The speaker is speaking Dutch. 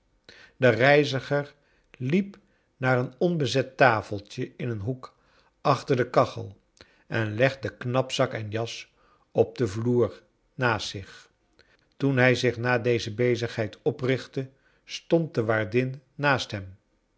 de reiziger liep naar een onbezet tafeltje in een hoek achter de kachel en legde knapzak en jas op den vloer naast zich toen hij zich na deze bezigheid oprichtte stond de waardin naast hem